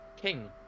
king